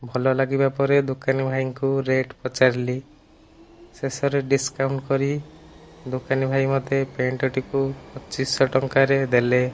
ଭଲ ଲାଗିବା ପରେ ଦୋକାନୀ ଭାଇଙ୍କୁ ରେଟ ପଚାରିଲି ଶେଷରେ ଡିସକାଉଣ୍ଟ କରି ଦୋକାନୀ ଭାଇ ମୋତେ ପ୍ୟାଣ୍ଟଟିକୁ ପଚିଶଶହ ଟଙ୍କାରେ ଦେଲେ